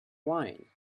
wine